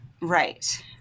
Right